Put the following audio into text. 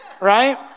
right